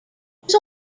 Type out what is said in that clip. was